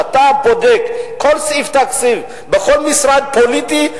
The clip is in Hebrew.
כשאתה בודק כל סעיף תקציב בכל משרד פוליטי,